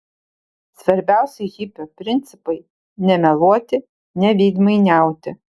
svarbiausi hipio principai nemeluoti neveidmainiauti